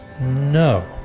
no